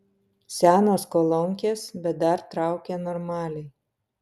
senos kolonkės bet dar traukia normaliai